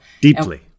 Deeply